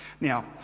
Now